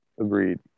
Agreed